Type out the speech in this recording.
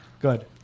good